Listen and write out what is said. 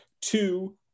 Two